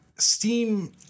Steam